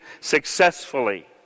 successfully